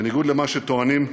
בניגוד למה שטוענים,